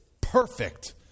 perfect